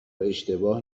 اشتباه